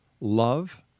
love